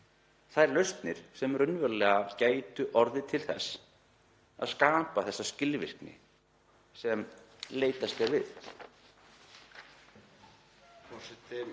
þær lausnir sem raunverulega gætu orðið til þess að skapa þá skilvirkni sem leitast er